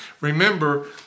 Remember